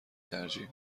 ترجیح